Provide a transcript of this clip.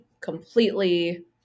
completely